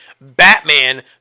Batman